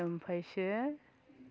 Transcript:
आमफायसो